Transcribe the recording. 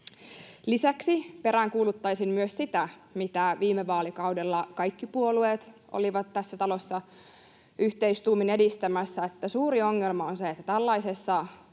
Lisäksi peräänkuuluttaisin myös sitä, mitä viime vaalikaudella kaikki puolueet olivat tässä talossa yhteistuumin edistämässä: Suuri ongelma on se, että tällaisessa